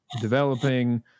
developing